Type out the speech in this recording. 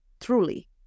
truly